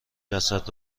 جسد